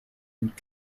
and